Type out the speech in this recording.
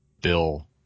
bill